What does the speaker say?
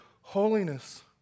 holiness